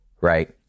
right